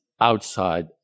outside